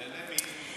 בעיני מי?